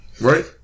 right